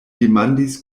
demandis